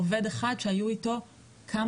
עובד אחד שהיו איתו כמה אירועים.